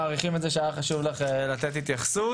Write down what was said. אנחנו מעריכים את זה שהיה חשוב לך לתת התייחסות.